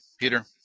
Peter